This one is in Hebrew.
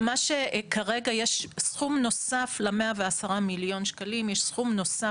כרגע יש סכום נוסף ל-110 מיליון שקלים יש סכום נוסף